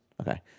okay